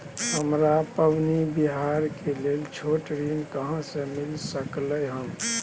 हमरा पबनी तिहार के लेल छोट ऋण कहाँ से मिल सकलय हन?